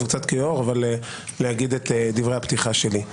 קצת כיושב-ראש אבל אני אגיד את דברי הפתיחה שלי.